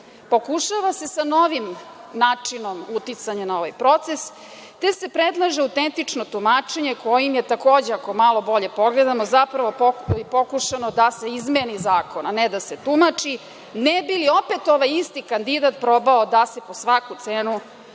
pokušava se sa novim načinom uticanja na ovaj proces, te se predlaže autentično tumačenje, kojim je takođe, ako malo bolje pogledamo, zapravo pokušano da se izmeni zakon, a ne da se tumači, ne bi li opet ovaj isti kandidat probao da se po svaku cenu izabere